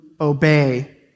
obey